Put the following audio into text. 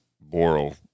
Boro